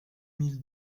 mille